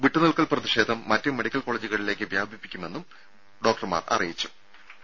വിട്ട് നിൽക്കൽ പ്രതിഷേധം മറ്റ് മെഡിക്കൽ കോളേജുകളിലേക്ക് വ്യാപിപ്പിക്കുമെന്നും ഡോക്ടർ അറിയിച്ചിട്ടുണ്ട്